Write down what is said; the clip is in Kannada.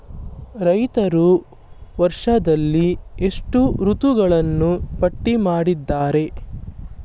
ರೈತರು ವರ್ಷದಲ್ಲಿ ಎಷ್ಟು ಋತುಗಳನ್ನು ಪಟ್ಟಿ ಮಾಡಿದ್ದಾರೆ?